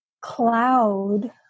cloud